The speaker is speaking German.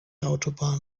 autobahn